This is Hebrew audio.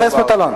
חבר הכנסת מטלון,